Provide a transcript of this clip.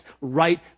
right